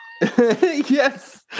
yes